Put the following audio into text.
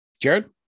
jared